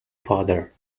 father